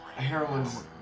Heroin's